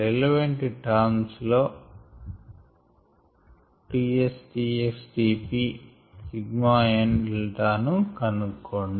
relevant terms లో sxp ϵηζకనుక్కోండి